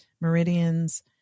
meridians